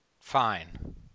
fine